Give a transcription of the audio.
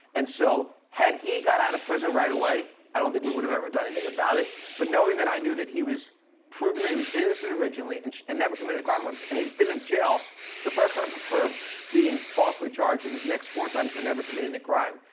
and so had he got out of prison right away i don't think we would have ever done anything about it, but knowing that i knew that he was proven that he was innocent originally and and never committed a crime um and he's been in jail the first time for being falsely charged in the next four times for never committing a crime,